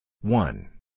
One